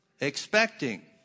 expecting